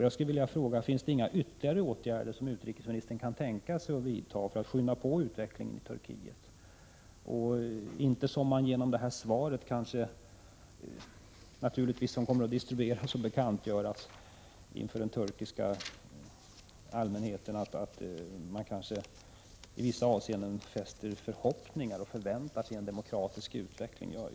Jag skulle vilja fråga om inte utrikesministern kan tänka sig att vidta några ytterligare åtgärder för att påskynda utvecklingen i Turkiet. I svaret, som naturligtvis kommer att distribueras och bekantgöras för den turkiska allmänheten, anges att man i vissa avseenden kan hysa förhoppningar om och förvänta sig en demokratisk utveckling.